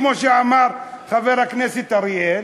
כמו שאמר חבר הכנסת אראל,